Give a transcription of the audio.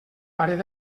paret